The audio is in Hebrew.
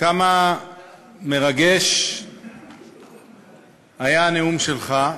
כמה מרגש היה הנאום שלך,